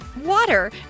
water